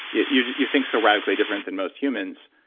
yeah you you think so radically different than most humans.